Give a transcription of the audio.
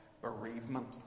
bereavement